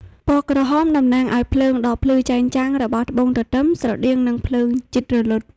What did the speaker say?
ពណ៍ក្រហមតំណាងឱ្យភ្លើងដ៏ភ្លឺចែងចាំងរបស់ត្បូងទទឹមស្រដៀងនឹងភ្លើងជិតរលត់។